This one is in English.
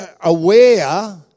aware